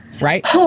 Right